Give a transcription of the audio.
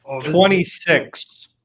Twenty-six